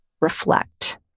reflect